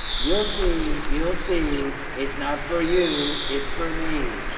you'll see, you'll see, it's not for you, it's for me.